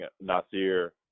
Nasir